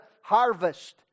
harvest